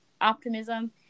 optimism